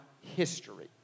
history